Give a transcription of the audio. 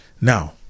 Now